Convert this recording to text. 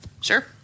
Sure